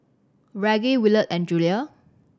Reggie Williard and Julia